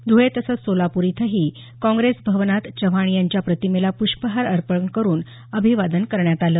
धुळे तसंच सोलापूर इथंही काँग्रेस भवनात चव्हाण यांच्या प्रतिमेला प्रष्पहार अर्पण करुन अभिवादन करण्यात आलं